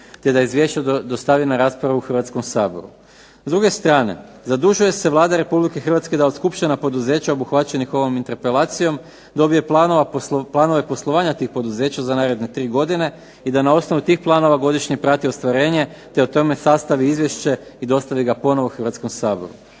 te da izvješće dostavi na raspravu u Hrvatskom saboru. S druge strane, zadužuje se Vlada Republike Hrvatske da od skupština poduzeća obuhvaćenih ovom interpelacijom dobije planove poslovanja tih poduzeća za naredne tri godine i da na osnovu tih planova godišnje prati ostvarenje, te o tome sastavi izvješće i dostavi ga ponovo Hrvatskom saboru.